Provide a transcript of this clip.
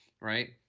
right